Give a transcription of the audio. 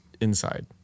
inside